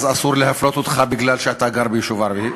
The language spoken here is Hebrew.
אז אסור להפלות אותך מפני שאתה גר ביישוב ערבי,